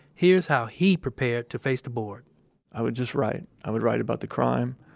here's how he prepared to face the board i would just write. i would write about the crime.